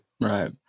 Right